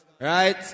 right